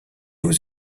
aux